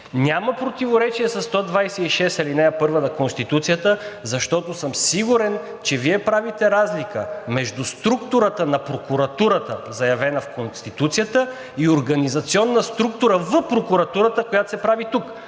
Няма противоречие с чл. 126, ал. 1 на Конституцията, защото съм сигурен, че Вие правите разлика между структурата на прокуратурата, заявена в Конституцията, и организационна структура в прокуратурата, която се прави тук.